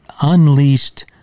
unleashed